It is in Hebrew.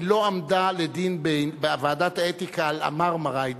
היא לא עמדה לדין בוועדת האתיקה על ה"מרמרה".